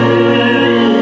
and